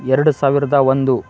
ಎರಡು ಸಾವಿರದ ಒಂದು